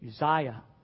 Uzziah